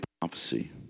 prophecy